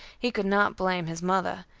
he could not blame his mother,